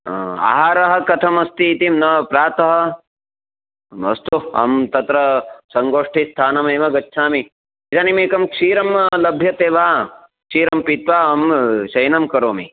आहारः कथमस्ति इति न प्रातः अस्तु अहं तत्र सङ्गोष्ठीस्थानमेव गच्छामि इदानीमेकं क्षीरं लभ्यते वा क्षीरं पित्वा अहं शयनं करोमि